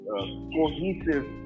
cohesive